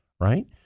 right